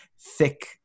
thick